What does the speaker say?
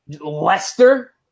Lester